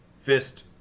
Fist